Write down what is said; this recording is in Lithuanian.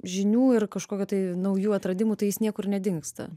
žinių ir kažkokio tai naujų atradimų tai jis niekur nedingsta